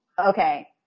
Okay